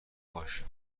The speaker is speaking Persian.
باش